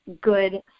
good